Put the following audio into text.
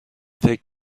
فکر